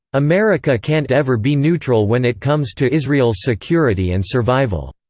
america can't ever be neutral when it comes to israel's security and survival.